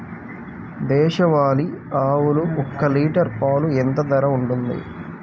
దేశవాలి ఆవులు ఒక్క లీటర్ పాలు ఎంత ధర ఉంటుంది?